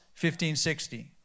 1560